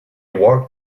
walked